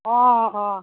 অঁ অঁ